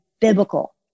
biblical